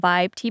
Vibe